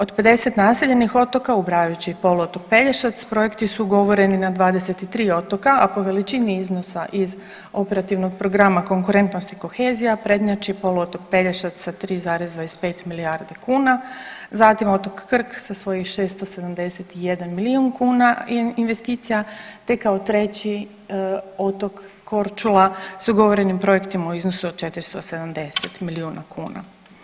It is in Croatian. Od 50 naseljenih otoka ubrajajući i poluotok Pelješac projekti su ugovoreni na 23 otoka, a po veličini iznosa iz operativnog programa konkurentnosti i kohezija prednjači poluotok Pelješac sa 3,25 milijardi kuna, zatim otok Krk sa svojih 671 milijun kuna investicija, te kao treći otok Korčula s ugovorenim projektima u iznosu od 470 milijuna kuna.